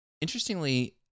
interestingly